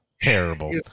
terrible